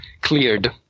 cleared